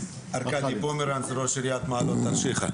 ארקדי פומרנץ ראש עיריית מעלות תרשיחא,